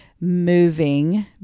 moving